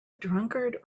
drunkard